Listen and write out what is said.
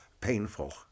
painful